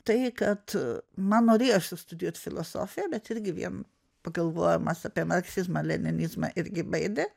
tai kad man norėjosi studijuot filosofiją bet irgi vien pagalvojimas apie marksizmą leninizmą irgi baidė